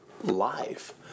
life